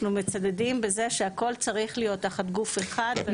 אנחנו מצדדים בזה שהכל צריך להיות תחת גוף אחד.